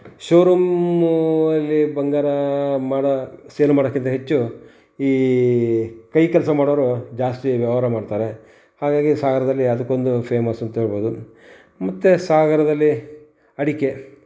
show room ಅಲ್ಲಿ ಬಂಗಾರ ಮಾಡಿ ಸೇಲ್ ಮಾಡೋಕ್ಕಿಂತ ಹೆಚ್ಚುಈ ಕೈ ಕೆಲಸ ಮಾಡೋರು ಜಾಸ್ತಿ ವ್ಯವಹಾರ ಮಾಡ್ತಾರೆ ಹಾಗಾಗಿ ಸಾಗರದಲ್ಲಿ ಅದ್ಕೊಂದು ಫೇಮಸ್ ಅಂತ ಹೇಳ್ಬೋದು ಮತ್ತು ಸಾಗರದಲ್ಲಿ ಅಡಿಕೆ